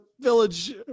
village